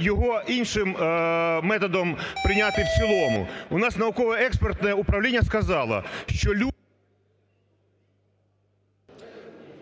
його іншим методом прийняти в цілому. У нас науково-експертне управління сказало… ГОЛОВУЮЧИЙ.